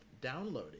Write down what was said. downloading